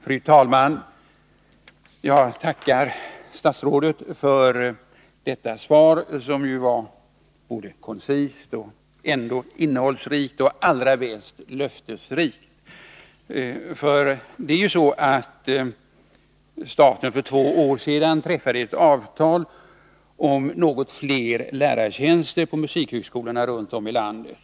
Fru talman! Jag tackar statsrådet för detta svar, som ju var koncist och ändå innehållsrikt samt — vilket var allra bäst — löftesrikt. Det är ju så att staten för två år sedan träffade ett avtal om att det skulle inrättas något fler lärartjänster på musikhögskolorna runt om i landet.